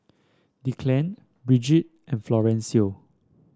Declan Bridget and Florencio